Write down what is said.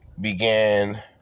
began